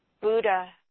Buddha